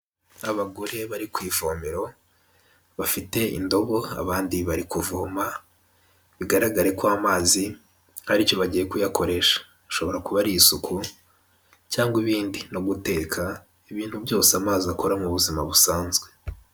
Ababagore bari ku ivomero bafite indobo abandi bari kuvoma bigaragare ko amazi hari icyo bagiye kuyakoresha, ashobora kuba ari isuku cyangwa ibindi no guteka ibintu byose amazi akora mu buzima busanzwe.